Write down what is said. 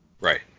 Right